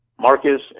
Marcus